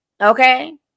okay